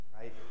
right